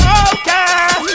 okay